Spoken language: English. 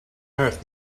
earth